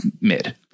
mid